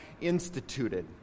instituted